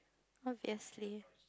obviously